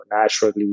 naturally